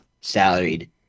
salaried